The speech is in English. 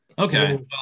Okay